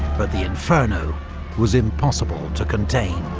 but the inferno was impossible to contain.